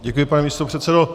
Děkuji, pane místopředsedo.